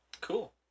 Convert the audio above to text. cool